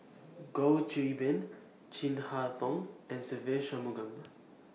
Goh Qiu Bin Chin Harn Tong and Se Ve Shanmugam